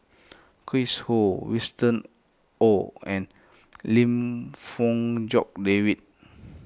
Chris Ho Winston Oh and Lim Fong Jock David